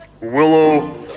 Willow